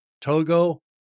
Togo